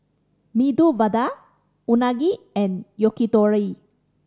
Medu Vada Unagi and Yakitori